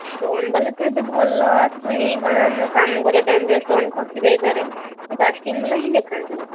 stone ବାଲା ତ ଏବେ ଭଲ ଆସୁନି କାରଣ ମୁଁ କାମ କରିବା ଟାଇମ୍ରେ ଷ୍ଟୋନ୍ ଖସିଯାଇପାରେ ସେ କାଷ୍ଟିଂ ୱାଲା ହିଁ ଦେଖନ୍ତୁ